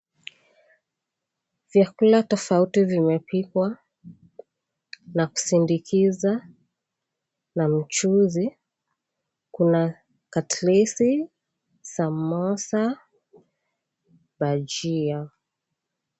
Vyakula tofauti vimepikwa, na kusindikiza na mchuzi, kuna katlesi, samosa, bajia.